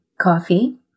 coffee